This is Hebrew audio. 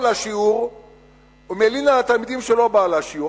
לשיעור ומלין על התלמידים שלא באו לשיעור.